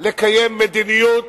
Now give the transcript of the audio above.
לקיים מדיניות